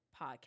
podcast